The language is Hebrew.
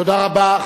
תודה רבה.